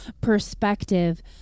perspective